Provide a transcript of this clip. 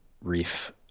reef